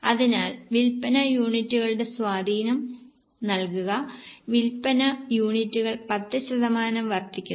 അതിനാൽ വിൽപ്പന യൂണിറ്റുകളുടെ സ്വാധീനം നൽകുക വിൽപ്പന യൂണിറ്റുകൾ 10 ശതമാനം വർദ്ധിക്കുന്നു